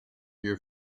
your